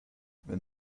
wenn